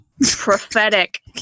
Prophetic